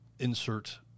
insert